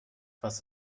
was